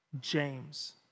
James